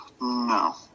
No